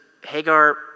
Hagar